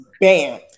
bam